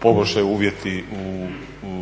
poboljšaju uvjeti u zatvorima.